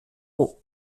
eau